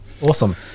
Awesome